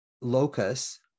locus